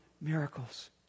miracles